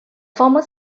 former